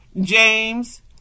James